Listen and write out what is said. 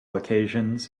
occasions